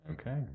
Okay